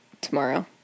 tomorrow